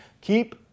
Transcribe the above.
Keep